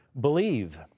believe